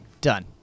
Done